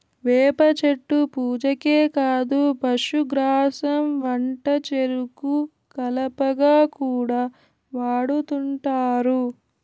వేప చెట్టు పూజకే కాదు పశుగ్రాసం వంటచెరుకు కలపగా కూడా వాడుతుంటారు